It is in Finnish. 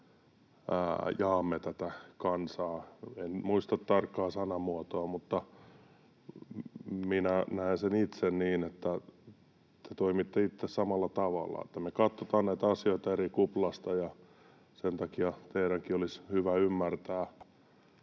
jaamme tätä kansaa. En muista tarkkaa sanamuotoa, mutta minä itse näen sen niin, että te toimitte itse samalla tavalla. Me katsotaan näitä asioita eri kuplasta, ja sen takia teidänkin olisi hyvä ymmärtää